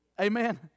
Amen